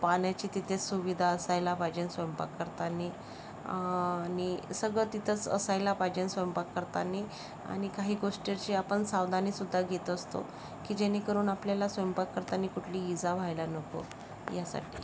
पाण्याची तिथे सुविधा असायला पाहिजेन स्वयंपाक करतांनी आणि सगळं तिथंच असायला पाहिजेन स्वयंपाक करतांनी आणि काही गोष्ट जे आपण सावधानीसुद्धा घेत असतो की जेणेकरून आपल्याला स्वयंपाक करतांनी कुठली इजा व्हायला नको यासाठी